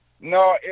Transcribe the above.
no